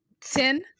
Ten